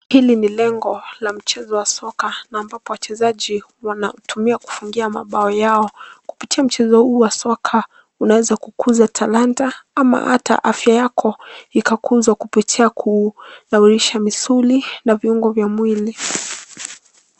Hili ni lengo la mchezo wa soka ambapo wachezaji wanautumia kufungia mabao yao kupitia mchezo huu wa soka unaweza kukuza talanta ama hata afya yako ikakuzwa kupitia kunawisha misuli na viungo vya mwili.